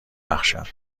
بخشد